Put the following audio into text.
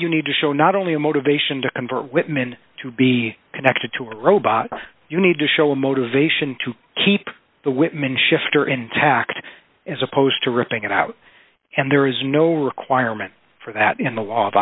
you need to show not only a motivation to convert whitman to be connected to a robot you need to show a motivation to keep the whitman shifter intact as opposed to ripping it out and there is no requirement for that in the law of